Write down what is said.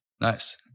Nice